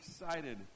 excited